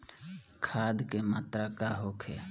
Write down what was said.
खाध के मात्रा का होखे?